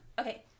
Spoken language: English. Okay